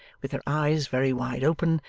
with their eyes very wide open,